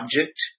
object